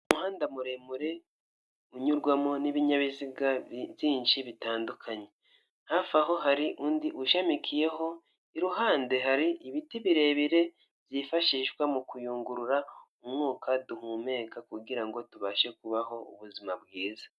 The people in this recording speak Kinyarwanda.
Umuhanda muremure unyurwamo n'ibinyabiziga byinshi bitandukanye, hafi aho hari undi ushamikiyeho, iruhande hari ibiti birebire byifashishwa mu kuyungurura umwuka duhumeka kugirango tubashe kubaho ubuzima bwiza.